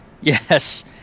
Yes